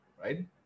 right